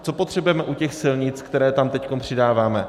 Co potřebujeme u těch silnic, které tam teď přidáváme?